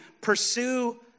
pursue